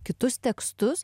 kitus tekstus